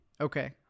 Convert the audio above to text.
Okay